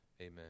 Amen